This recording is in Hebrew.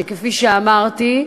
כפי שאמרתי,